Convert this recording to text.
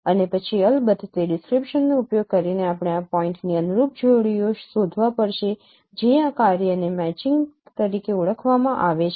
અને પછી અલબત્ત તે ડિસ્ક્રિપ્શનનો ઉપયોગ કરીને આપણે આ પોઇન્ટની અનુરૂપ જોડીઓ શોધવા પડશે જે આ કાર્યને મેચિંગ તરીકે ઓળખવામાં આવે છે